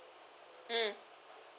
mm